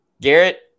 Garrett